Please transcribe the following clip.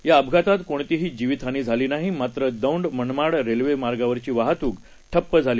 या अपघातात कोणतीही जीवितहानी झाली नाही मात्र दोँड मनमाड रेल्वे मार्गावरची वाहतूक ठप्प झाली